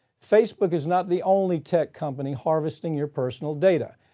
facebook is not the only tech company harvesting your personal data.